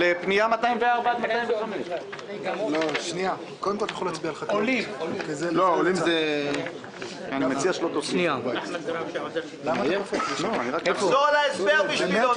על פנייה 204 205. תחזור על ההסבר בשבילו.